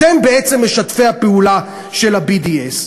אתם בעצם משתפי הפעולה של ה-BDS.